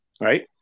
right